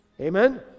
Amen